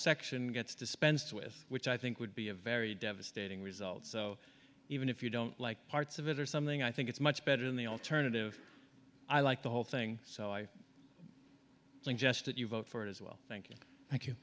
section gets dispensed with which i think would be a very devastating results so even if you don't like parts of it or something i think it's much better than the alternative i like the whole thing so i think just that you vote for it as well